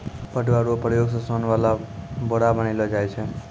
पटुआ रो प्रयोग से सोन वाला बोरा बनैलो जाय छै